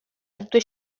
dute